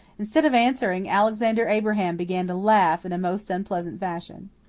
instead of answering alexander abraham began to laugh in a most unpleasant fashion.